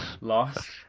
Lost